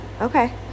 okay